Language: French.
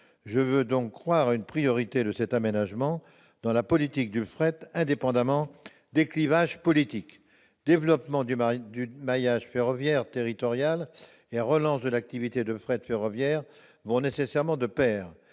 Je veux donc croire à une priorité de cet aménagement dans la politique du fret, indépendamment des clivages politiques ! Le développement du maillage ferroviaire territorial et la relance de l'activité de fret ferroviaire vont nécessairement de pair.